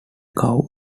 cow